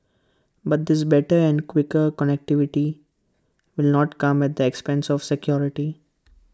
but this better and quicker connectivity will not come at the expense of security